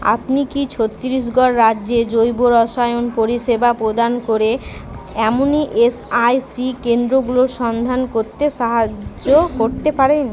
আপনি কি ছত্তিশগড় রাজ্যে জৈব রসায়ন পরিষেবা প্রদান করে এমন ইএসআইসি কেন্দ্রগুলোর সন্ধান করতে সাহায্য করতে পারেন